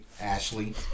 Ashley